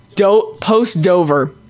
Post-Dover